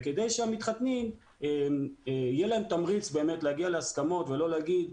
כדי שלמתחתנים יהיה תמריץ להגיע להסכמות ולא להגיד,